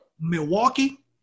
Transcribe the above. Milwaukee